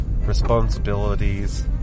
responsibilities